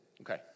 Okay